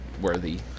worthy